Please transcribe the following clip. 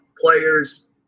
players